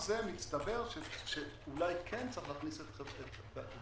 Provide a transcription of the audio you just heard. מסתבר שאולי כן צריך להכניס את דרך ההפרטה,